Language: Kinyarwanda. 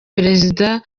perezida